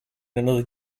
another